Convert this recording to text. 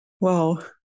Wow